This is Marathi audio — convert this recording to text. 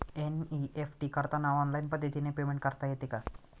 एन.ई.एफ.टी करताना ऑनलाईन पद्धतीने पेमेंट करता येते का?